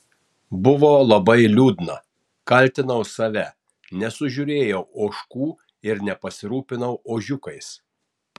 buvo labai liūdna kaltinau save nesužiūrėjau ožkų ir nepasirūpinau ožiukais